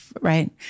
right